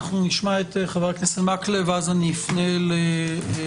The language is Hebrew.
נשמע את חבר הכנסת מקלב; ואז אני אפנה לגורמים